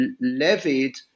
levied